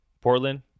Portland